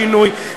שינוי,